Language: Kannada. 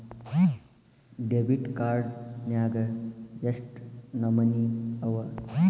ಡೆಬಿಟ್ ಕಾರ್ಡ್ ನ್ಯಾಗ್ ಯೆಷ್ಟ್ ನಮನಿ ಅವ?